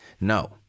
No